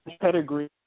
pedigree